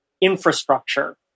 infrastructure